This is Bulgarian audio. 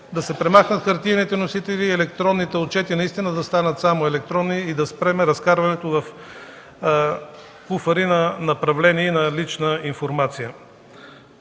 да се премахнат хартиените носители и електронните отчети наистина да станат само електронни и да спрем разкарването в куфари на направления и лична информация.